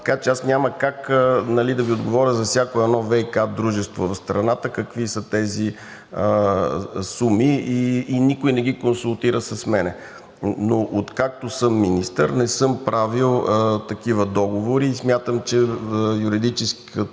така че аз няма как да Ви отговоря за всяко едно ВиК дружество в страната какви са тези суми и никой не ги консултира с мен. Но откакто съм министър, не съм правил такива договори и смятам, че юридическата